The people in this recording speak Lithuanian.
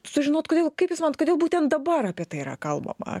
sužinot kodėl kaip jūs manot kodėl būtent dabar apie tai yra kalbama